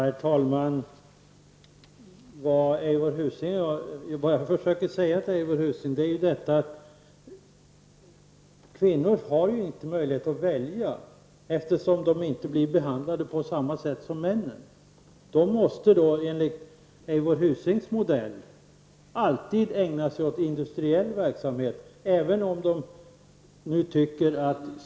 Herr talman! Vad jag försöker säga till Eivor Husing är att kvinnor inte har möjlighet att välja, eftersom de inte blir behandlade på samma sätt som män. Enligt Eivor Husings modell måste kvinnor alltid ägna sig åt industriell verksamhet.